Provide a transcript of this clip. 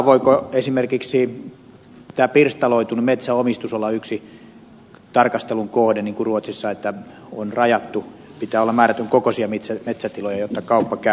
voiko esimerkiksi tämä pirstaloitunut metsänomistus olla yksi tarkastelun kohde niin kuin ruotsissa missä on rajattu että pitää olla määrätyn kokoisia metsätiloja jotta kauppa käy